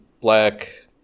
black